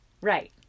Right